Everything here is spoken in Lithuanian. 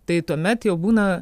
tai tuomet jau būna